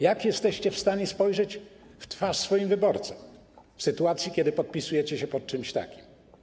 Jak jesteście w stanie spojrzeć w oczy swoim wyborcom w sytuacji, kiedy podpisujecie się pod czymś takim?